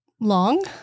long